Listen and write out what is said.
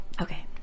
Okay